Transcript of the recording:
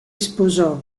sposò